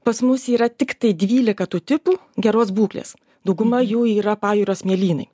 pas mus yra tiktai dvylika tų tipų geros būklės dauguma jų yra pajūrio smėlynai